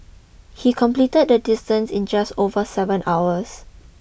he completed the distance in just over seven hours